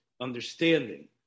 understanding